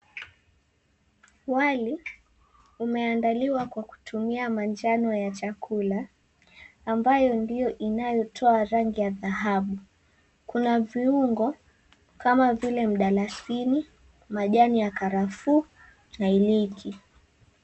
Wali, umeandaliwa kwa kutumia manjano ya chakula, ambayo ndiyo inayotoa rangi ya dhahabu. Kuna viungo kama vile mdalasini, majani ya karafuu na iliki.